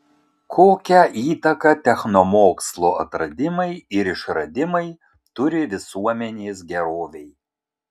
kokią įtaką technomokslo atradimai ir išradimai turi visuomenės gerovei